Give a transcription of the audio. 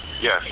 Yes